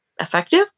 effective